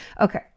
Okay